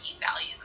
value